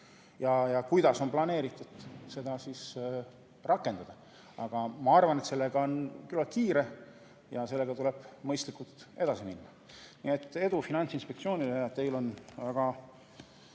ja kuidas on planeeritud seda rakendada. Ma arvan, et sellega on kiire ja sellega tuleb mõistlikult edasi minna. Nii et edu Finantsinspektsioonile, teil igav